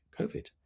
Covid